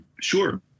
Sure